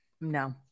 No